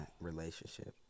relationship